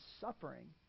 suffering